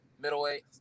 middleweight